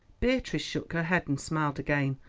beatrice shook her head and smiled again,